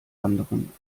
anderen